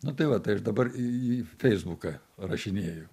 nu tai va tai aš dabar į į feisbuką rašinėju